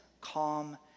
calm